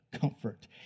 Comfort